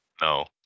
No